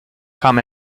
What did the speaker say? kam